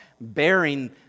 bearing